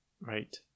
right